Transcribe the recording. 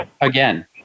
again